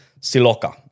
Siloka